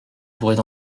pourrait